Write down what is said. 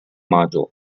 module